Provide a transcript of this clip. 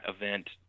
event